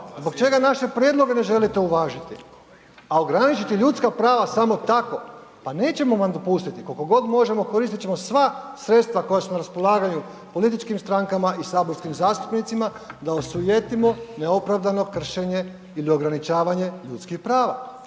zbog čega naše prijedloge ne želite uvažiti? A ograničiti ljudska prava samo tako, pa nećemo vam dopustiti koliko god možemo koristit ćemo sva sredstva koja su na raspolaganju političkim strankama i saborskim zastupnicima da osujetimo neopravdano kršenje ili ograničavanje ljudskih prava.